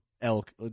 elk